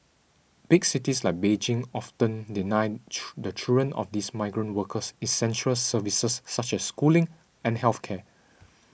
big cities like Beijing often deny the children of these migrant workers essential services such as schooling and health care